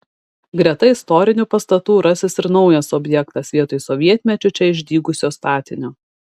greta istorinių pastatų rasis ir naujas objektas vietoj sovietmečiu čia išdygusio statinio